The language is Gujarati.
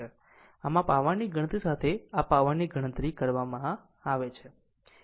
આમ આ પાવરની ગણતરી સાથે આ પાવરની ગણતરી કરવામાં આવે છે